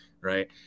Right